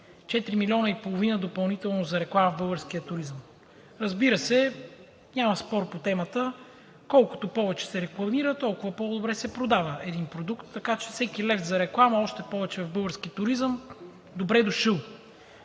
4,5 милиона допълнително за реклама в българския туризъм? Разбира се, няма спор по темата – колкото повече се рекламира, толкова по-добре се продава един продукт, така че всеки лев за реклама, още повече в българския туризъм, е добре дошъл.